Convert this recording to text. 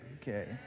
Okay